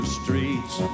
streets